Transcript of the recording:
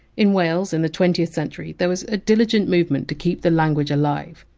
in wales in the twentieth century, there was a diligent movement to keep the language alive.